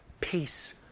peace